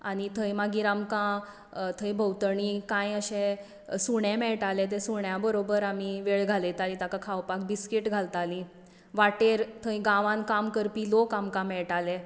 आनी थंय मागीर आमकां थंय भोंवतणी कांय अशे सुणे मेळटाले त्या सुण्या बरोबर आमी वेळ घालयतालीं खावपाक बिस्कीट घालतालीं वाटेर थंय गांवान काम करपी लोक आमकां मेळटाले